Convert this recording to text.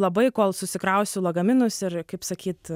labai kol susikrausiu lagaminus ir kaip sakyt